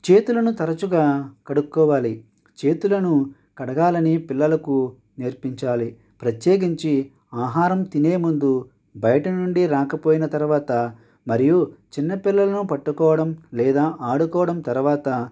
చేతులను తరచుగా కడుక్కోవాలి చేతులను కడగాలని పిల్లలకు నేర్పించాలి ప్రత్యేకించి ఆహారం తినే ముందు బయట నుండి రాకపోయినా తర్వాత మరియు చిన్న పిల్లలను పట్టుకోవడం లేదా ఆడుకోవడం తర్వాత